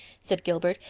said gilbert,